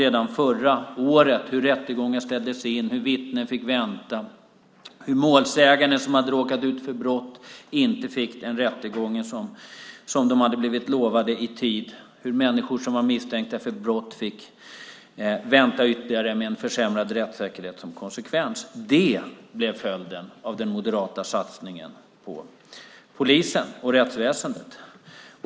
Redan förra året såg vi att rättegångar ställdes in, att vittnen fick vänta, att målsägande som hade råkat ut för brott inte i tid fick den rättegång som de hade blivit lovade samt att människor som var misstänkta för brott fick vänta ytterligare, med försämrad rättssäkerhet som konsekvens. Det blev följden av den moderata satsningen på polisen och rättsväsendet.